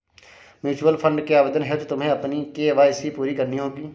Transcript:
mutual fund के आवेदन हेतु तुम्हें अपनी के.वाई.सी पूरी करनी होगी